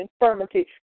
infirmity